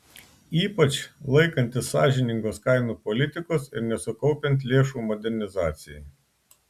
ypač laikantis sąžiningos kainų politikos ir nesukaupiant lėšų modernizacijai